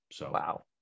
Wow